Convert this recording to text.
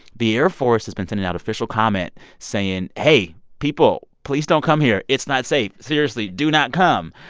the air force has been sending out official comment saying, hey, people, please don't come here. it's not safe. seriously, do not come.